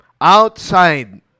outside